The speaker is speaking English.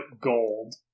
gold